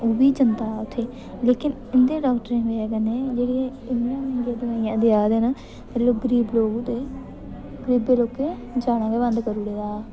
ओह् बी जंदा उत्थै लेकिन इ'नें डाक्टरें जेह्ड़े इन्ने दवाइयां देआ दे न लोक गरीब होंदे गरीबें लोकें जाना गै बंद करूड़े दा